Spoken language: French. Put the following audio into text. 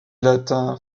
latin